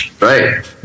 right